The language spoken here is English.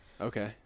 Okay